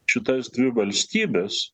šitas dvi valstybes